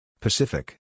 Pacific